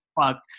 fuck